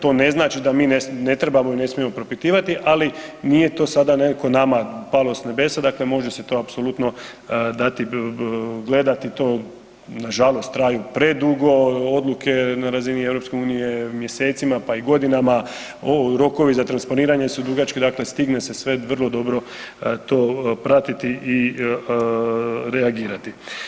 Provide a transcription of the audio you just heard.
To ne znači da mi ne trebamo i ne smijemo propitivati, ali nije to sada nekako nama palo s nebesa, dakle može se to apsolutno dati, gledati to, nažalost traju predugo odluke na razini EU, mjesecima, pa i godinama, rokovi za transponiranje su dugački, dakle stigne se sve vrlo dobro to pratiti i reagirati.